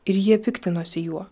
ir jie piktinosi juo